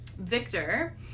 Victor